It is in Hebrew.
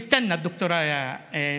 (אומר בערבית: תמתין,) ד"ר סמי.